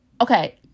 okay